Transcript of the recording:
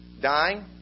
dying